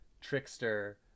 trickster